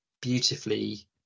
beautifully